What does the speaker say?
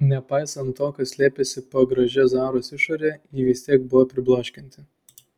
nepaisant to kas slėpėsi po gražia zaros išore ji vis tiek buvo pribloškianti